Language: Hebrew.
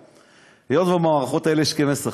לאחד שמרוויח 100,000 שקל לחודש,